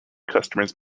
customers